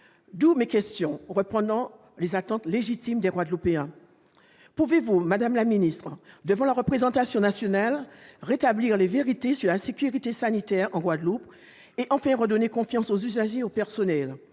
mes questions relaieront les attentes légitimes des Guadeloupéens. Pouvez-vous, devant la représentation nationale, rétablir la vérité sur la sécurité sanitaire en Guadeloupe et enfin redonner confiance aux usagers et au personnel ?